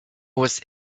was